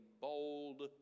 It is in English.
bold